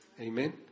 Amen